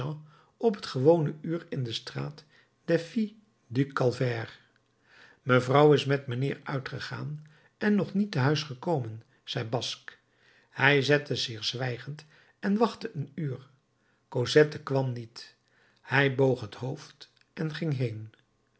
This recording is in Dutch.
op het gewone uur in de straat des filles du calvaire mevrouw is met mijnheer uitgegaan en nog niet te huis gekomen zei basque hij zette zich zwijgend en wachtte een uur cosette kwam niet hij boog het hoofd en ging heen